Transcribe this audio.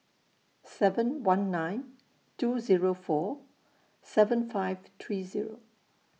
seven one nine two Zero four seven five three Zero